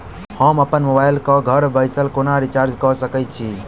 हम अप्पन मोबाइल कऽ घर बैसल कोना रिचार्ज कऽ सकय छी?